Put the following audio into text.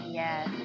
yes